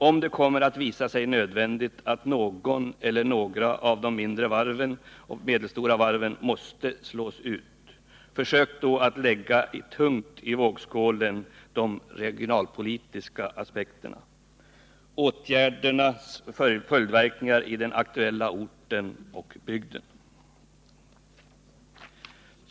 Om det kommer att visa sig nödvändigt att något eller några av de mindre och medelstora varven måste slås ut, försök då att lägga tungt i vågskålen de regionalpolitiska aspekterna — åtgärdernas följdverkningar i den aktuella orten och bygden!